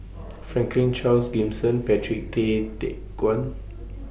Franklin Charles Gimson Patrick Tay Teck Guan